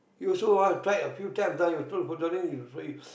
he also ah try a few times ah he also